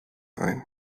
ein